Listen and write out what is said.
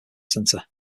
centre